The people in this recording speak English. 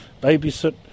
babysit